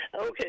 Okay